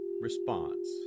response